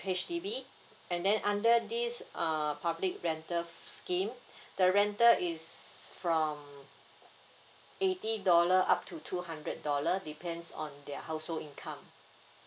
H_D_B and then under this uh public rental scheme the rental is from eighty dollar up to two hundred dollar depends on their household income